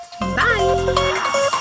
Bye